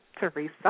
Teresa